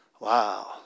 Wow